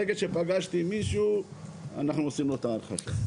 ברגע שפגשתי מישהו אנחנו עושים לו את ההרכשה.